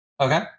Okay